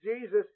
Jesus